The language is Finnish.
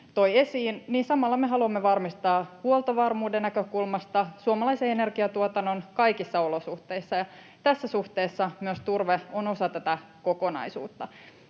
toi esiin, samalla me haluamme varmistaa huoltovarmuuden näkökulmasta suomalaisen energiatuotannon kaikissa olosuhteissa, ja tässä suhteessa myös turve on osa tätä kokonaisuutta.